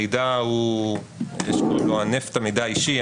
מידע הוא יש שקוראים לו הנפט המידע האישי,